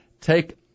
take